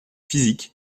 physique